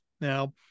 Now